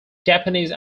japanese